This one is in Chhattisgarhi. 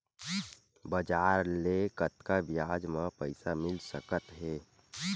बजार ले कतका ब्याज म पईसा मिल सकत हे?